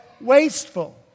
wasteful